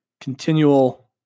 continual